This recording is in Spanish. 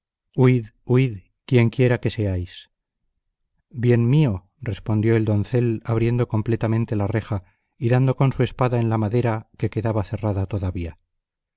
quien quiera que seáis bien mío respondió el doncel abriendo completamente la reja y dando con su espada en la madera que quedaba cerrada todavía